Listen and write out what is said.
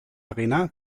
arena